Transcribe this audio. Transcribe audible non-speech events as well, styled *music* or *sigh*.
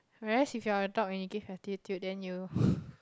whereas if you are a dog and you give attitude and then you *breath*